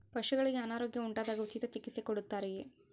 ಪಶುಗಳಿಗೆ ಅನಾರೋಗ್ಯ ಉಂಟಾದಾಗ ಉಚಿತ ಚಿಕಿತ್ಸೆ ಕೊಡುತ್ತಾರೆಯೇ?